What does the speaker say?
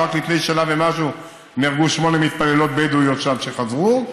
שרק לפני שנה ומשהו נהרגו שמונה מתפללות בדואיות שם כשחזרו,